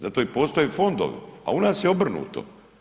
Zato i postoje fondovi, a u nas je obrnuto.